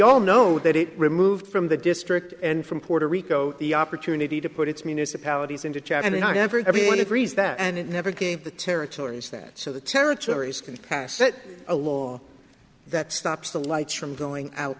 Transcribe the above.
all know that it removed from the district and from puerto rico the opportunity to put its municipalities into chad i mean every everyone agrees that and it never gave the territories that so the territories can pass a law that stops the lights from going out